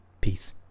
Peace